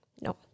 No